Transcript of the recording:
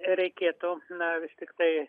reikėtų na vis tiktai